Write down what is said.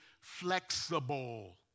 flexible